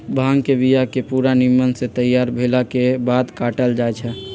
भांग के बिया के पूरा निम्मन से तैयार भेलाके बाद काटल जाइ छै